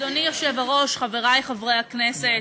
אדוני היושב-ראש, חברי חברי הכנסת,